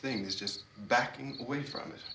thing is just backing away from it